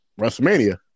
WrestleMania